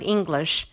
English